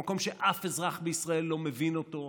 במקום שאף אזרח בישראל לא מבין אותו.